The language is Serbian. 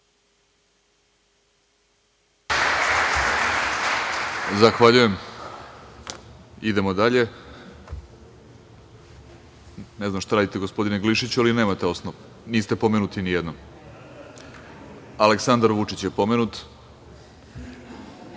Glišić: Replika.)Ne znam šta radite gospodine Glišiću ali nemate osnov, niste pomenuti nijednom. Aleksandar Vučić je pomenut